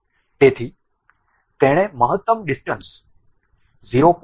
તેથી તેણે મહત્તમ ડીસ્ટન્સ 0